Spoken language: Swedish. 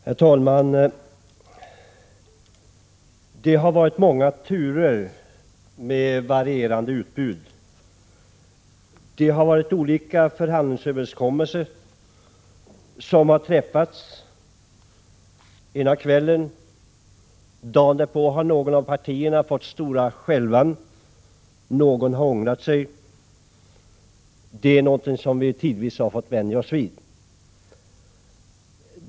Herr talman! Det har varit många turer med varierande utbud. Olika förhandlingsöverenskommelser har träffats ena kvällen, och dagen därpå har någon av partierna fått stora skälvan — någon har ångrat sig. Detta är någonting som vi i utskottet tidvis har fått vänja oss vid.